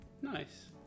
nice